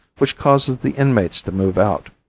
which causes the inmates to move out.